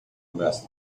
must